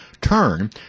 turn